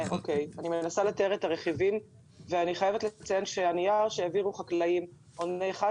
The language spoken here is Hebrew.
אני חייבת לציין שהנייר שהעבירו החקלאים עונה אחד